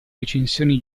recensioni